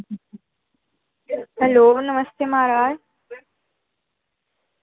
hello नमस्ते माराज